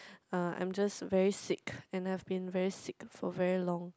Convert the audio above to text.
uh I'm just very sick and I've been very sick for very long